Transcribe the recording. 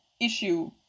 issue